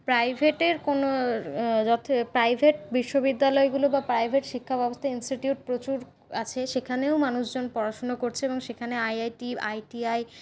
প্রাইভেটের কোনো প্রাইভেট বিশ্ববিদ্যালয়গুলো বা প্রাইভেট শিক্ষাব্যবস্থা ইনস্টিটিউট প্রচুর আছে সেখানেও মানুষজন পড়াশুনো করছে এবং সেখানে আইআইটি আইটিআই